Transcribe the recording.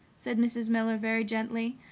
said mrs. miller very gently.